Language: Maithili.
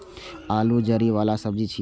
आलू जड़ि बला सब्जी छियै